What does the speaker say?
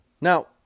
Now